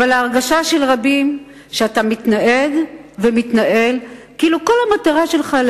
אבל ההרגשה של רבים היא שאתה מתנהג ומתנהל כאילו כל המטרה שלך היא